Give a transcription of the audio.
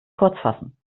kurzfassen